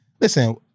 listen